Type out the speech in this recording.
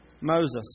Moses